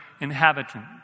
inhabitant